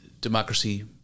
democracy